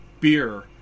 beer